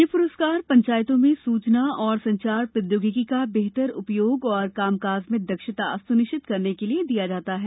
यह पुरस्कार पंचायतों में सूचना और संचार प्रोद्योगिकी का बेहतर उपयोग और कामकाज में दक्षता सुनिश्चित करने के लिए दिया जाता है